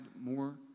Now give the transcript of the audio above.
more